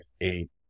eight